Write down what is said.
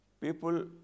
People